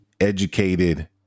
educated